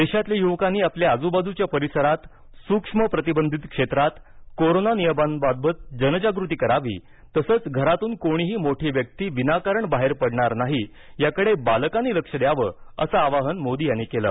देशातल्या युवकांनी आपल्या आजूबाजूच्या परिसरात सुक्ष्म प्रतिबंधित क्षेत्रात कोरोना नियमांबाबत जनजागृती करावी तसंच घरातून कोणीही मोठी व्यक्ती विनाकारण बाहेर पडणार नाही याकडे बालकांनी लक्ष द्यावं असं आवाहन मोदी यांनी केलं